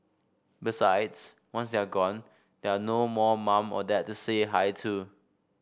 besides once they are gone there no more mum or dad to say hi to